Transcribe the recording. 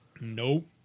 Nope